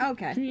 Okay